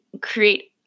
create